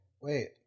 wait